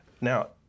Now